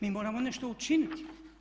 Mi moramo nešto učiniti.